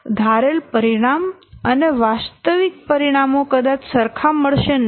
ધારેલ પરિણામ અને વાસ્તવિક પરિણામો કદાચ સરખા મળશે નહિ